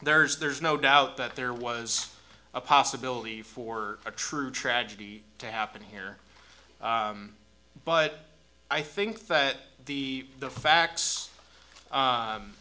there's there's no doubt that there was a possibility for a true tragedy to happen here but i think that the the facts